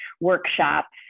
workshops